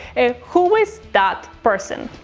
who is that person.